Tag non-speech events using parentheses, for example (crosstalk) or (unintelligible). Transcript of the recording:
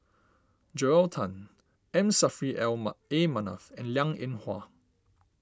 Joel Tan M Saffri (unintelligible) A Manaf and Liang Eng Hwa